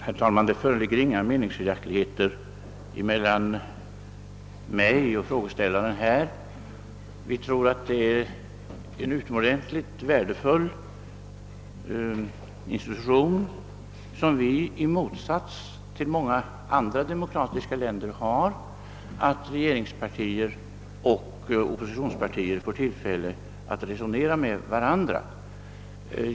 Herr talman! Det råder inga meningsskiljaktigheter på denna punkt mellan frågeställaren och mig. Parlamentariska kommittéer är en utomordentligt värdefull institution som vi i motsats till många andra demokratiska länder har. Den ger regeringspartiet och oppositionspartierna tillfälle att resonera med varandra.